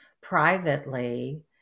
privately